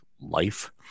life